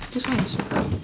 this one is what